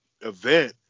event